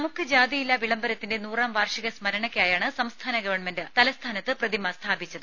നമുക്ക് ജാതിയില്ല വിളംബരത്തിന്റെ നൂറാം വാർഷിക സ്മരണക്കായാണ് സംസ്ഥാന ഗവൺമെന്റ് തലസ്ഥാനത്ത് പ്രതിമ സ്ഥാപിച്ചത്